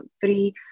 three